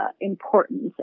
importance